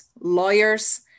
lawyers